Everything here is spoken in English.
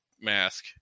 mask